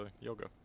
yoga